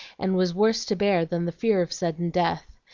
and was worse to bear than the fear of sudden death.